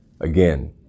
again